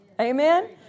Amen